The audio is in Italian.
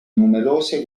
numerose